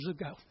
ago